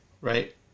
Right